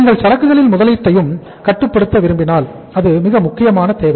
நீங்கள் சரக்குகளில் முதலீட்டையும் கட்டுப்படுத்த விரும்பினால் அது மிக முக்கியமான தேவை